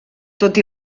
tot